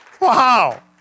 Wow